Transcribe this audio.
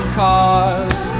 cars